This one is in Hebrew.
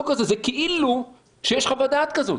כאילו יש חוות דעת כזאת.